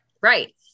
Right